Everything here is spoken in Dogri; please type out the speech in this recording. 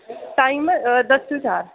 टाइम दस टू चार